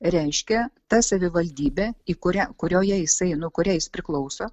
reiškia ta savivaldybė į kurią kurioje jisai nu kuriai jis priklauso